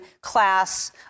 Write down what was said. class